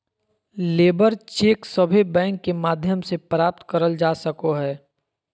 labour cheque सभे bank के माध्यम से प्राप्त करल जा सको हय